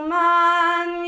man